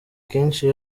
kenshi